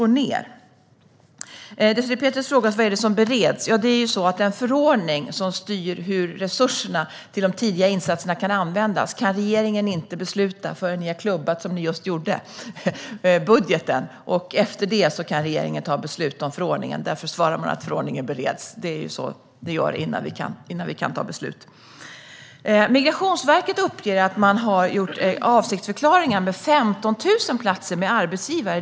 Désirée Pethrus frågar vad det är som bereds. Den förordning som styr hur resurserna till de tidiga insatserna kan användas kan regeringen inte besluta om förrän riksdagen har klubbat budgeten, vilket ni just gjorde. Först efter detta kan regeringen ta beslut om förordningen, och därför svarade jag att förordningen bereds. Det är så vi gör innan vi kan ta beslut. Migrationsverket uppger att man har gjort avsiktsförklaringar med arbetsgivare om 15 000 platser.